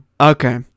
okay